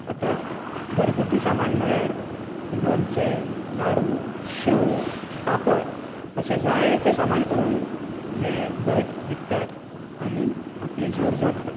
आतां घरगुती सामान म्हळ्यार लोणचें लाडु शेव पापड अशें जायतें सामान करून हे गट विकतात आनी आपली जोड जोडटात